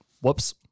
Whoops